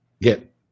get